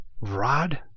rod